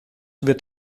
wird